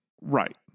Right